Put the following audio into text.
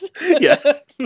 yes